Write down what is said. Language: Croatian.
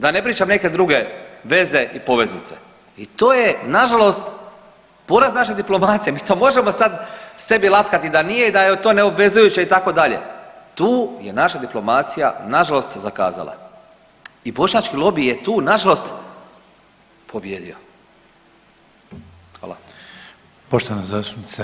Da ne pričam neke druge veze i poveznice i to je nažalost poraz naše diplomacije, mi to možemo sad sebi laskati da nije i da je to neobvezujuće itd., tu je naša diplomacija nažalost zakazala i bošnjački lobi je tu nažalost pobijedio, hvala.